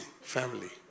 family